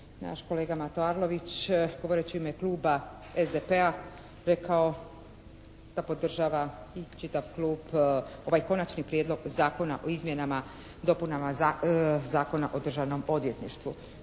naš kolega Mato Arlović govoreći u ime kluba SDP-a rekao da podržava i čitav klub ovaj Konačni prijedlog Zakona o izmjenama i dopunama Zakona o državnom odvjetništvu.